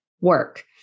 work